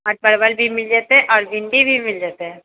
आओर परवल भी मिल जेतै आओर भिंडी भी मिल जेतै